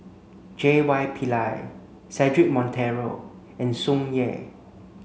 J Y Pillay Cedric Monteiro and Tsung Yeh